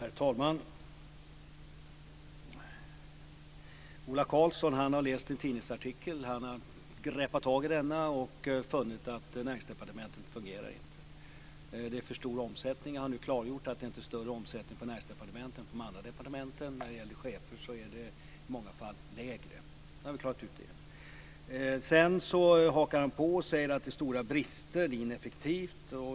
Herr talman! Ola Karlsson har läst en tidningsartikel och greppat tag i den och då funnit att Näringsdepartementet inte fungerar, att det är för stor omsättning på folk. Men jag har här klargjort att det inte är större omsättning på Näringsdepartementet än det är på de andra departementen. När det gäller chefer är omsättningen i många fall mindre. Därmed har vi klarat ut den saken. Vidare hakar han på och talar om stora brister och om ineffektivitet.